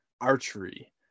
archery